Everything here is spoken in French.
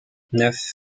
neuf